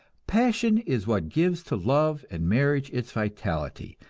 passion is what gives to love and marriage its vitality,